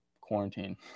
quarantine